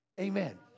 amen